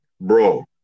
Bro